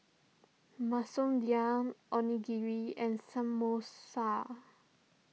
Masoor Dal Onigiri and Samosa